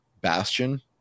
bastion